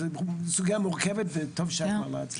זאת סוגיה מורכבת וטוב שאת מעלה את זה.